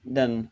den